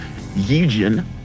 Yijin